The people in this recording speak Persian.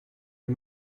این